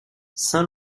saint